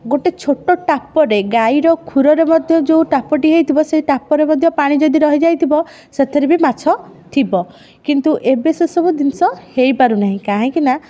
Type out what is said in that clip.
ଗୋଟେ ଛୋଟ ଟାପଟେ ଗାଈର ଖୁରରେ ମଧ୍ୟ ଯେଉଁ ଟାପଟେ ହେଇଥିବ ସେହି ଟାପରେ ମଧ୍ୟ ପାଣି ଯଦି ରହିଯାଇଥିବ ସେଥିରେ ବି ମାଛ ଥିବ କିନ୍ତୁ ଏବେ ସେ ସବୁ ଜିନିଷ ହେଇପାରୁନାହିଁ କାହଁକି ନା